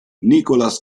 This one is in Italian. nicholas